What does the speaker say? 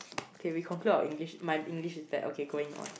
okay we conclude our English my English is bad okay going on